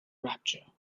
rapture